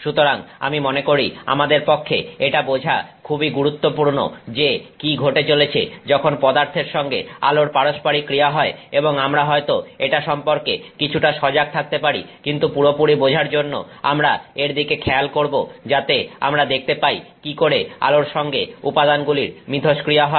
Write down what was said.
সুতরাং আমি মনে করি আমাদের পক্ষে এটা বোঝা খুবই গুরুত্বপূর্ণ যে কি ঘটে চলেছে যখন পদার্থের সঙ্গে আলোর পারস্পরিক ক্রিয়া হয় এবং আমরা হয়তো এটা সম্পর্কে কিছুটা সজাগ থাকতে পারি কিন্তু পুরোপুরি বোঝার জন্য আমরা এর দিকে খেয়াল করব যাতে আমরা দেখতে পাই কি করে আলোর সঙ্গে উপাদানগুলির মিথস্ক্রিয়া হয়